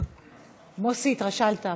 מוסי, התרשלת הפעם.